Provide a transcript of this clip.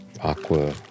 aqua